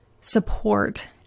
support